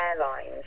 Airlines